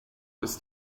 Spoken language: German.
ist